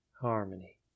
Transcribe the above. harmony